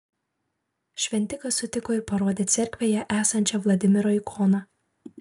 šventikas sutiko ir parodė cerkvėje esančią vladimiro ikoną